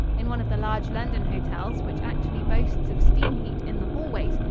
in one of the large london hotels which actually boasts of steam heat in the hallways,